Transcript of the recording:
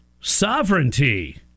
sovereignty